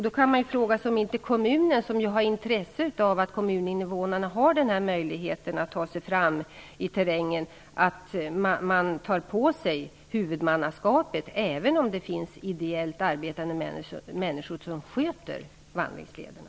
Då kan man fråga sig om inte kommunen, som har intresse av att kommuninvånarna har möjlighet att ta sig fram i terrängen, tar på sig huvudmannaskapet, även om det finns ideellt arbetande människor som sköter vandringslederna.